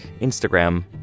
Instagram